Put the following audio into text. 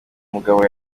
mugabo